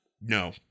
No